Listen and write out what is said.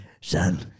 son